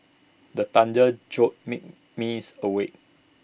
the thunder jolt me miss awake